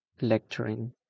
lecturing